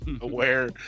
aware